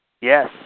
Yes